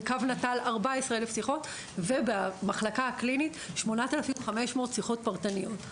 בקו נט"ל 14,000 שיחות ובמחלקה הקלינית 8,500 שיחות פרטניות.